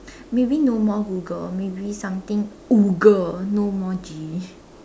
maybe no more Google maybe something Woogle no more G